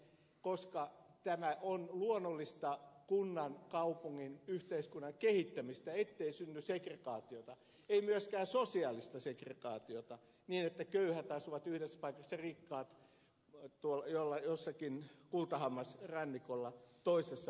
rajamäki koska tämä on luonnollista kunnan kaupungin yhteiskunnan kehittämistä ettei synny segregaatiota ei myöskään sosiaalista segregaatiota niin että köyhät asuvat yhdessä paikassa ja rikkaat jollakin kultahammasrannikolla toisessa paikassa